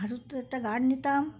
একটা গার্ড নিতাম